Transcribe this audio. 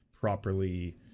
properly